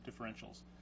differentials